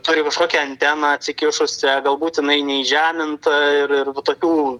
turi kažkokią anteną atsikišusią galbūt jinai neįžeminta ir ir va tokių